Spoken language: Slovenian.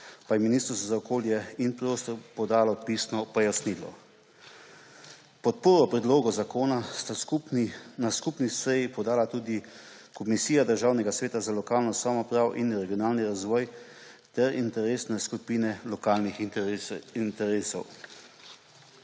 pa je Ministrstvo za okolje in prostor podalo pisno pojasnilo. Podporo predlogu zakona sta na skupni seji podala tudi Komisija Državnega sveta za lokalno samoupravo in regionalni razvoj ter Interesna skupina lokalnih interesov.